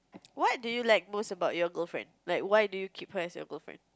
what do you like most about your girlfriend like why do you keep her as your girlfriend